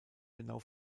genau